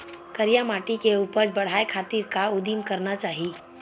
करिया माटी के उपज बढ़ाये खातिर का उदिम करना चाही?